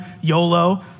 YOLO